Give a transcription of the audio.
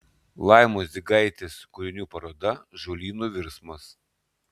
laimos dzigaitės kūrinių paroda žolynų virsmas